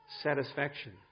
satisfaction